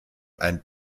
ein